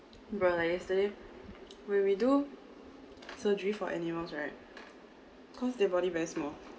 but like yesterday where we do surgery for animals right cause their body very small